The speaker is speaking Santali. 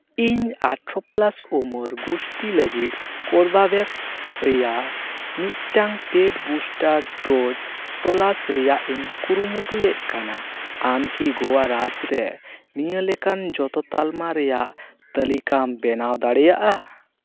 ᱤᱧ ᱟᱴᱷᱨᱚ ᱯᱞᱟᱥ ᱩᱢᱟᱹᱨ ᱜᱩᱥᱴᱤ ᱞᱟᱹᱜᱤᱫ ᱠᱳᱨᱵᱟᱵᱷᱮᱠᱥ ᱨᱮᱭᱟᱜ ᱢᱤᱫᱴᱟᱝ ᱯᱮᱹᱴ ᱵᱩᱥᱴᱟᱨ ᱰᱳᱡᱽ ᱛᱚᱞᱟᱥ ᱨᱮᱭᱟᱜ ᱤᱧ ᱠᱩᱨᱩᱢᱩᱴᱩᱭᱮᱫ ᱠᱟᱱᱟ ᱟᱢ ᱠᱤ ᱜᱳᱣᱟ ᱨᱟᱡᱽ ᱨᱮ ᱱᱤᱭᱟᱹ ᱞᱮᱠᱟᱱ ᱡᱚᱛᱚ ᱛᱟᱞᱢᱟ ᱨᱮᱭᱟᱜ ᱛᱟᱹᱞᱤᱠᱟᱢ ᱵᱮᱱᱟᱣ ᱫᱟᱲᱮᱭᱟᱜᱼᱟ